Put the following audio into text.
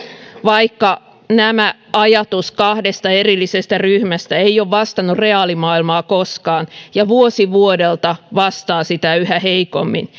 vaikka ajatus kahdesta erillisestä ryhmästä ei ole vastannut reaalimaailmaa koskaan ja vuosi vuodelta vastaa sitä yhä heikommin